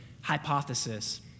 hypothesis